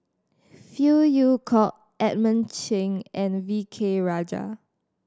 Phey Yew Kok Edmund Cheng and V K Rajah